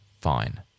Fine